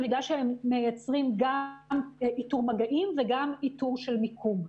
בגלל שהם מייצרים גם איתור מגעים וגם איתור של מיקום.